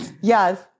yes